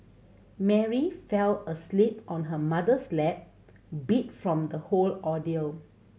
Mary fell asleep on her mother's lap beat from the whole ordeal